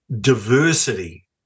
diversity